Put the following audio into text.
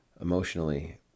emotionally